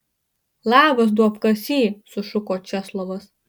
labas duobkasy sušuko česlovas